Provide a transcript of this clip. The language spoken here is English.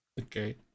Okay